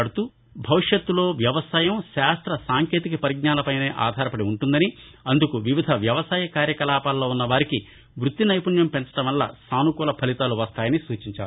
ఈ సందర్బంగా ఉపకులపతి మాట్లాడుతూ భవిష్యత్తులో వ్యవసాయం శాస్త్ర సాంకేతిక పరిజ్ఞానాలపైనే ఆధారపడి ఉంటుందని అందుకు వివిధ వ్యవసాయ కార్యకలాపాల్లో ఉన్న వారికి వృత్తినైపుణ్యం పెంచడం వల్ల సానుకూల ఫలితాలు వస్తాయని సూచించారు